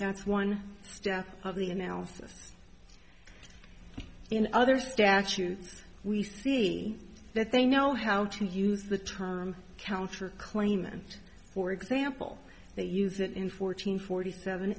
that's one step of the analysis in other statutes we've seen that they know how to use the term counter claim and for example they use it in fourteen forty seven